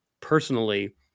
personally